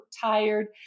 tired